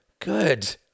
Good